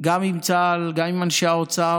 גם עם צה"ל, גם עם אנשי האוצר.